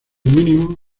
mínimo